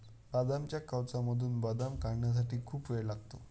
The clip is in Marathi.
बदामाच्या कवचामधून बदाम काढण्यासाठी खूप वेळ लागतो